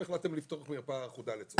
החלטתם לפתוח מרפאה אחודה לצורך העניין.